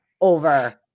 over